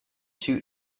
two